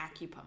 acupuncture